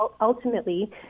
ultimately